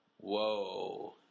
Whoa